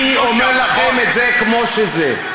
אני אומר לכם את זה כמו שזה.